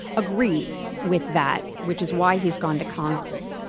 agrees with that, which is why he has gone to congress.